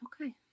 Okay